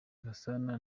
gasana